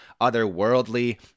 otherworldly